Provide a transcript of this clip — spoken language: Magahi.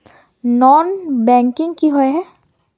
नॉन बैंकिंग किए हिये है?